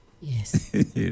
yes